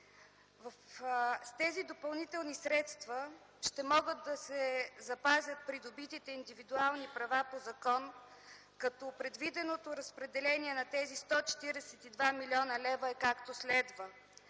С тези допълнителни средства ще могат да се запазят придобитите индивидуални права по закон, като предвиденото разпределение на тези 142 млн. лв. е както следва: